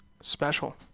Special